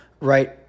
right